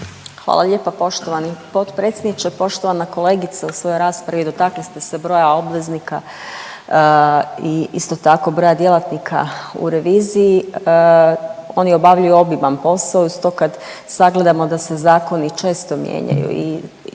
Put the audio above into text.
Hvala lijepa poštovani potpredsjedniče. Poštovana kolegice, u svojoj raspravi dotakli ste se broja obveznika i isto tako broja djelatnika u reviziji. Oni obavljaju obiman posao i uz to kad sagledamo da se zakoni često mijenjao i isto tako